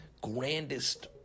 grandest